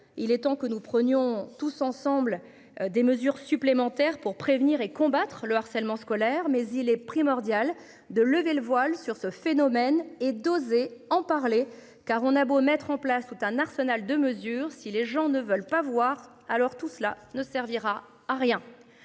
Il est temps que nous prenions tous ensemble des mesures supplémentaires pour prévenir et combattre le harcèlement scolaire. Mais il est primordial de lever le voile sur ce phénomène et d'oser en parler car on a beau mettre en place tout un arsenal de mesures. Si les gens ne veulent pas voir alors tout cela ne servira à rien.